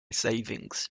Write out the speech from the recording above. savings